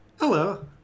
Hello